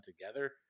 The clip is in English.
together